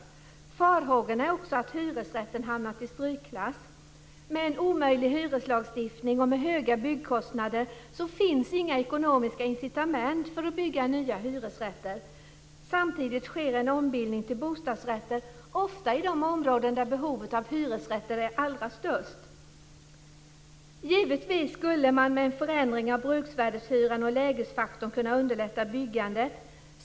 Det finns också farhågor för att hyresrätten har hamnat i strykklass. Med en omöjlig hyreslagstiftning och med höga byggkostnader finns det inga ekonomiska incitament för att bygga nya hyresrätter. Samtidigt sker det en ombildning till bostadsrätter, ofta i de områden där behovet av hyresrätter är allra störst. Givetvis skulle man med en förändring av bruksvärdeshyran och av lägesfaktorn kunna underlätta byggandet.